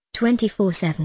24-7